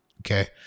Okay